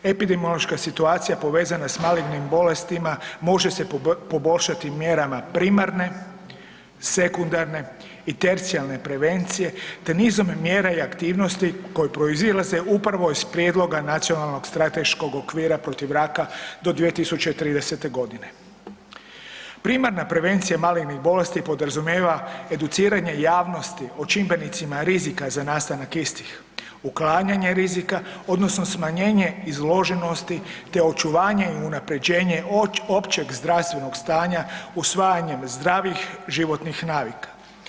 Epidemiološka situacija povezana s malignim bolestima može se poboljšati mjerama primarne, sekundarne i tercijarne prevencije te nizom mjera i aktivnosti koje proizlaze upravo iz Prijedloga nacionalnog strateškog okvira protiv raka do 2030.g. Primarna prevencija malignih bolesti podrazumijevanja educiranje javnosti o čimbenicima rizika za nastanak istih, uklanjanje rizika odnosno smanjenje izloženosti te očuvanje i unapređenje općeg zdravstvenog stanja usvajanjem zdravih životnih navika.